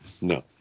No